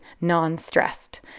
non-stressed